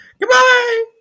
Goodbye